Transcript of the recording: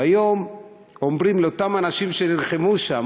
והיום אומרים לאותם אנשים שנלחמו שם,